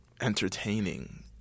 entertaining